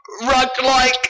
rug-like